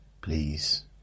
Please